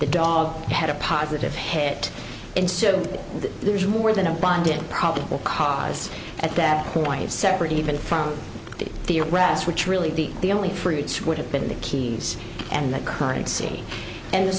the dog had a positive hit and so there's more than a bonded probable cause at that point separate even from the arrest which really the only fruits would have been the keys and the currency and